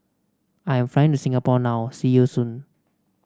I am flying to Singapore now see you soon